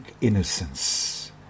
innocence